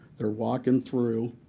they're walking through.